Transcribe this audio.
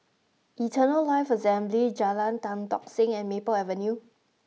Eternal Life Assembly Jalan Tan Tock Seng and Maple Avenue